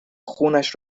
خونش